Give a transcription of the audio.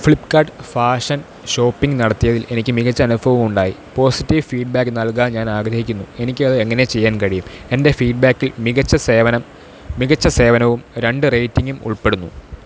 Flipkart fashion shopping നടത്തിയതിൽ എനിക്ക് മികച്ച അനുഭവം ഉണ്ടായി പോസിറ്റീവ് ഫീഡ്ബാക്ക് നൽകാൻ ഞാൻ ആഗ്രഹിക്കുന്നു എനിക്ക് അത് എങ്ങനെ ചെയ്യാൻ കഴിയും എൻ്റെ ഫീഡ്ബാക്കിൽ മികച്ച സേവനം മികച്ച സേവനവും രണ്ട് റേറ്റിംഗും ഉൾപ്പെടുന്നു